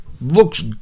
looks